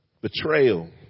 betrayal